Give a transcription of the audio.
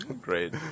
great